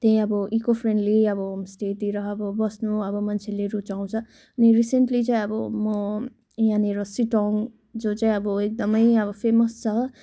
त्यही अब इकोफ्रेन्डली होमस्टेतिर अब बस्नु अब मान्छेले रुचाउँछ अनि रिसेन्टली चाहिँ अब म यहाँनिर सिटोङ्ग जो चाहिँ अब एकदमै अब फेमस छ